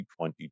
2022